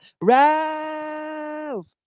Ralph